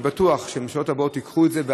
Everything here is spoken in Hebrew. אני בטוח שהממשלות הבאות ייקחו את זה,